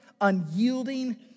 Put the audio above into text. unyielding